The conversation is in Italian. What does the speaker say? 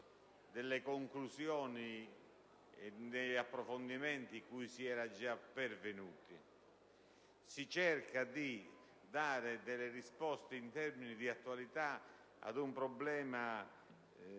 delle conclusioni e degli approfondimenti cui si era già pervenuti. Si cerca di dare delle risposte in termini di attualità ad un problema